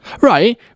Right